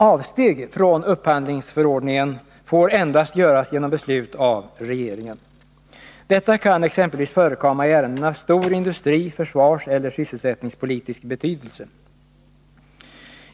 Avsteg från upphandlingsförordningen får endast göras genom beslut av regeringen. Detta kan exempelvis förekomma i ärenden av stor industri-, försvarseller sysselsättningspolitisk betydelse.